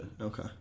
Okay